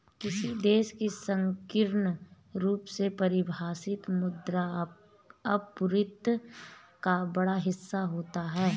किसी देश की संकीर्ण रूप से परिभाषित मुद्रा आपूर्ति का बड़ा हिस्सा होता है